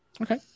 okay